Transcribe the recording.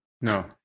No